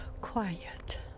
quiet